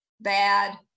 bad